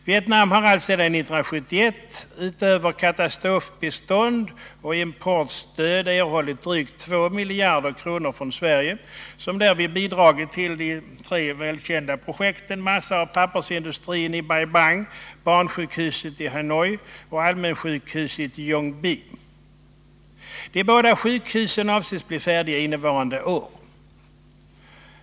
Vietnam har alltså sedan 1971 utöver katastrofbistånd och importstöd erhållit drygt 2 miljarder kronor från Sverige, som därvid bidragit till tre välkända projekt — massaoch pappersindustrin i Bai Bang, barnsjukhuset i Hanoi och allmänsjukhuset i Uong Bi. De båda sjukhusen avses bli färdiga innevarande år.